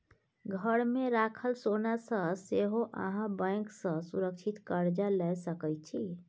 घरमे राखल सोनासँ सेहो अहाँ बैंक सँ सुरक्षित कर्जा लए सकैत छी